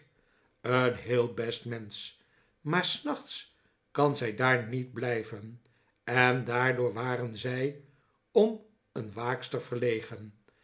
een heel best mensch maar s nachts kan zij daar niet blijven en daardoor waren zij om een waakster verlegen